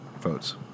votes